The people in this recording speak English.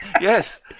Yes